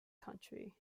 country